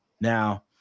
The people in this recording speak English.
Now